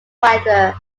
weather